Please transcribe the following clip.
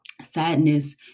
sadness